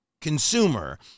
consumer